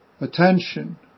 Attention